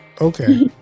okay